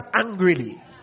angrily